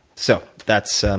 so that's